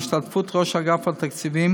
בהשתתפות ראש אגף התקציבים